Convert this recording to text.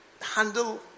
handle